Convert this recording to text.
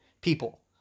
people